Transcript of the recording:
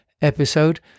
episode